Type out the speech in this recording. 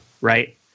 right